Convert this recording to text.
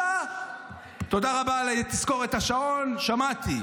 --- תודה רבה על תזכורת השעון, שמעתי.